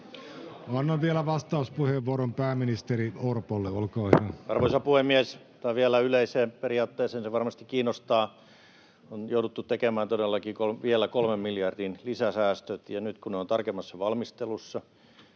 Arvoisa puhemies! Vielä yleiseen periaatteeseen, se varmasti kiinnostaa: on jouduttu tekemään todellakin vielä kolme miljardin lisäsäästöt. Ja nyt kun ne ovat tarkemmassa valmistelussa,